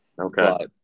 Okay